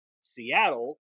Seattle